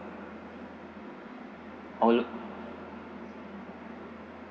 I would